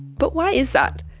but why is that?